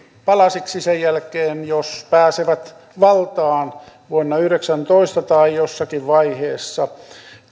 palasiksi sen jälkeen jos pääsevät valtaan vuonna kaksituhattayhdeksäntoista tai jossakin vaiheessa